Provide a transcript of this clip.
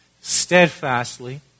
steadfastly